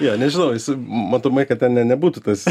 jo nežinau jis matomai kad ten ne nebūtų tas